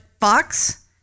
Fox